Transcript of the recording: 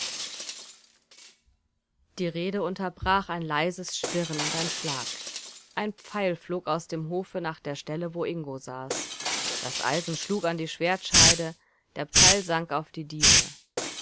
die rede unterbrach ein leises schwirren und ein schlag ein pfeil flog aus dem hofe nach der stelle wo ingo saß das eisen schlug an die schwertscheide der pfeil sank auf die diele